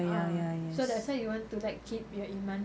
ah so that's why you want like keep your iman